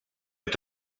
est